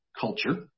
culture